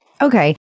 okay